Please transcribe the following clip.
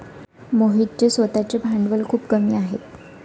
मोहितचे स्वतःचे भांडवल खूप कमी आहे